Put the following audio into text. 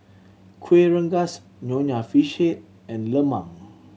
Kueh Rengas Nonya Fish Head and lemang